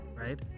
right